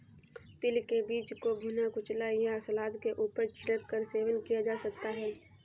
तिल के बीज को भुना, कुचला या सलाद के ऊपर छिड़क कर सेवन किया जा सकता है